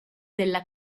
della